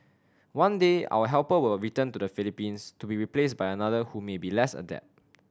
one day our helper will return to the Philippines to be replaced by another who may be less adept